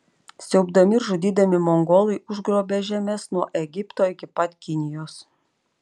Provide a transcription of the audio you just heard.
siaubdami ir žudydami mongolai užgrobė žemes nuo egipto iki pat kinijos